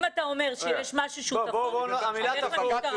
אם אתה אומר שיש משהו שהוא תפור, תלך למשטרה.